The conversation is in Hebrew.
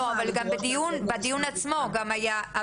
לא, אבל בדיון עצמו גם היה.